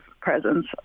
presence